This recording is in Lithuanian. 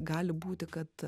gali būti kad